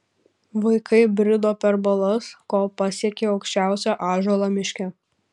vaikai brido per balas kol pasiekė aukščiausią ąžuolą miške